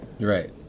Right